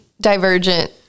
Divergent